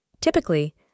Typically